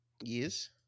Yes